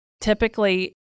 typically